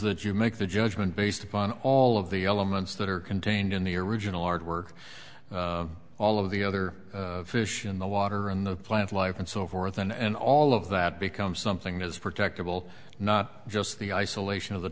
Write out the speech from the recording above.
that you make the judgment based upon all of the elements that are contained in the original artwork all of the other fish in the water in the plant life and so forth and all of that become something as protected will not just the isolation of the